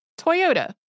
Toyota